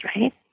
right